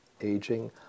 aging